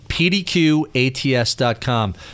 pdqats.com